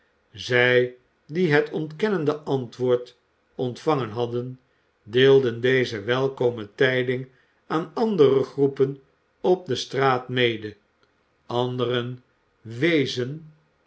zij die het ontkennende antwoord ontvangen hadden deelden deze welkome tijding aan andere groepen op de straat mede anderen wezen